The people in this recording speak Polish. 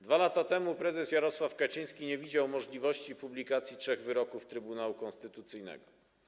2 lata temu prezes Jarosław Kaczyński nie widział możliwości publikacji trzech wyroków Trybunału Konstytucyjnego.